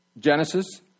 Genesis